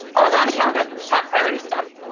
i'll go on the calendar, top priority stuff.